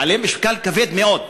בעלי משקל כבד מאוד,